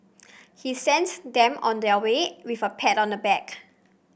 he sent them on their way with a pat on the back